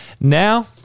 now